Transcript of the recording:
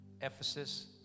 Ephesus